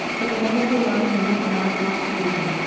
but never to lie near the man-of war's haven.